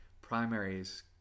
primaries